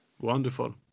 Wonderful